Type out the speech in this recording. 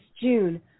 June